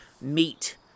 meet